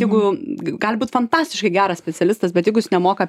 jeigu gali būt fantastiškai geras specialistas bet jeigu jis nemoka